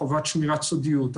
חובת שמירת סודיות,